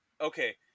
okay